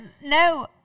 no